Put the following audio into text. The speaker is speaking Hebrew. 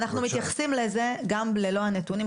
מתייחסים לזה גם ללא הנתונים,